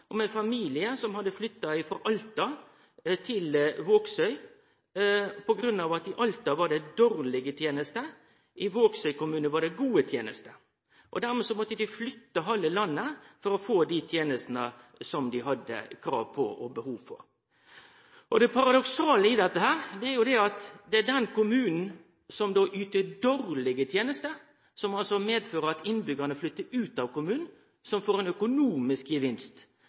familie som hadde flytta frå Alta til Vågsøy på grunn av at det i Alta var dårlege tenester, i Vågsøy kommune var det gode tenester. Dermed måtte dei flytte halve landet rundt for å få dei tenestene som dei hadde krav på og behov for. Det paradoksale i dette er at det er den kommunen som yter dårlege tenester – som altså medfører at innbyggjarane flyttar ut av kommunen – som får ein økonomisk gevinst,